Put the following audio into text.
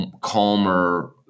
calmer